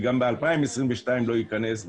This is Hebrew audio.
גם ב-2022 זה לא ייכנס,